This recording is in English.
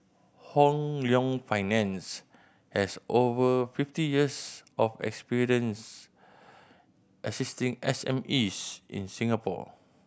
Hong Leong Finance has over fifty years of experience assisting S M Es in Singapore